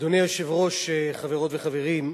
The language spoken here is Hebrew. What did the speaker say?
אדוני היושב-ראש, חברות וחברים,